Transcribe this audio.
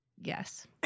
yes